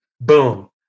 Boom